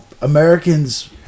Americans